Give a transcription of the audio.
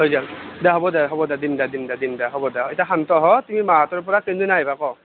দে হ'ব দে দিম দে দিম দে এতিয়া শান্ত হ' তুমি মাহঁতৰ তাৰ পৰা কোন দিন আইভা ক'